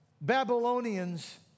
Babylonians